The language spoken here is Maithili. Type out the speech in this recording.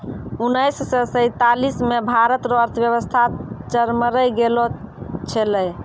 उनैस से सैंतालीस मे भारत रो अर्थव्यवस्था चरमरै गेलो छेलै